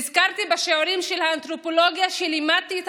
נזכרתי בשיעורי האנתרופולוגיה שלימדתי את